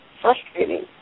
frustrating